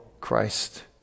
Christ